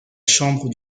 chambre